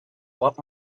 what